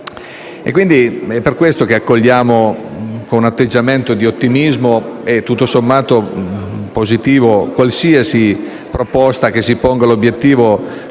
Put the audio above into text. È per questo motivo che accogliamo con un atteggiamento di ottimismo e tutto sommato positivo qualsiasi proposta che si ponga l'obiettivo